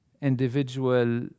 individual